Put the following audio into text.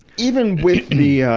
even with the, ah,